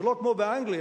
זה לא כמו באנגליה,